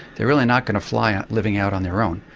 they're really not going to fly, ah living out on their own.